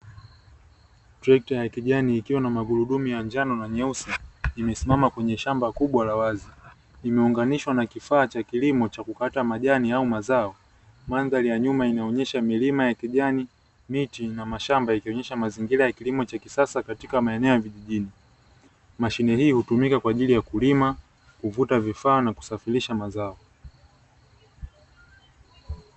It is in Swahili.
Trekta ya kijani ikiwa na magurudumu ya kijani na meusi, limesimama kwenye shamba kubwa la wazi limeunganishwa na kifaa cha kilimo cha kukata majani au mazao, mandhari ya nyuma inaonesha milima ya kijani miti na mashamba yakionesha mazingira ya kilimo cha kisasa katika maeneo ya kijijini mashine hiyo hutumika kwaajili ya kulima, kuvuta vifaa nakusafirisha mazao.